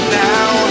now